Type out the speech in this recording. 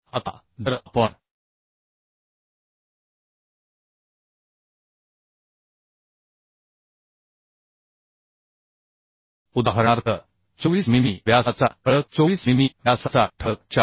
आता जर आपण उदाहरणार्थ 24 मिमी व्यासाचा ठळक 24 मिमी व्यासाचा ठळक 4